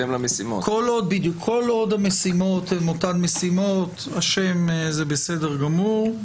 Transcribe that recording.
כל עוד המשימות הן אותן משימות, השם בסדר גמור.